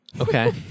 Okay